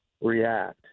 react